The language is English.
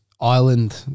Island